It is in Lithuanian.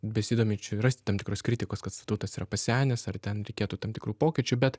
besidominčių rasti tam tikros kritikos kad statutas yra pasenęs ar ten reikėtų tam tikrų pokyčių bet